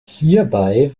hierbei